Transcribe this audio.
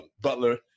Butler